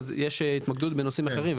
יש התמקדות בנושאים אחרים,